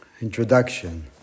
introduction